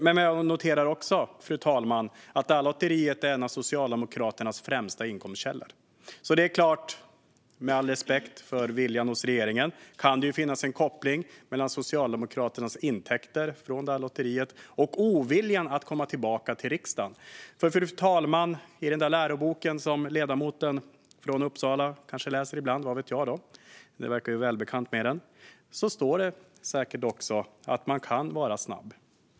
Jag noterar också, fru talman, att detta lotteri är en av Socialdemokraternas främsta inkomstkällor. Med all respekt för viljan hos regeringen: Det kan alltså finnas en koppling mellan Socialdemokraternas intäkter från lotteriet och oviljan att komma tillbaka till riksdagen. Fru talman! I läroboken som ledamoten från Uppsala kanske läser ibland - vad vet jag, men hon verkar ju välbekant med den - står det säkert också att man kan vara snabb.